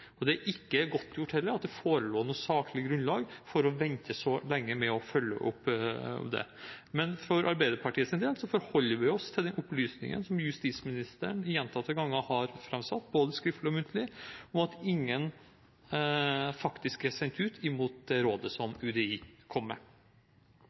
og det er heller ikke godtgjort at det forelå noe saklig grunnlag for å vente så lenge med å følge det opp. For Arbeiderpartiets del forholder vi oss til de opplysningene som justisministeren gjentatte ganger har framsatt, både skriftlig og muntlig, om at ingen faktisk er sendt ut mot det rådet som UDI kom med.